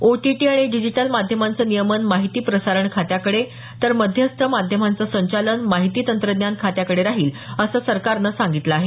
OTT आणि digital माध्यमांचं नियमन माहिती प्रसारण खात्याकडे तर मध्यस्थ माध्यमांचं संचालन माहिती तंत्रज्ञान खात्याकडे राहील असं सरकारनं सांगितलं आहे